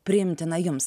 priimtina jums